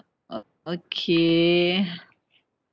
oh okay